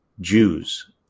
Jews